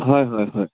হয় হয় হয়